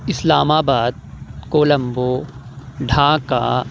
اِسلام آباد کولمبو ڈھاکہ